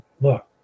Look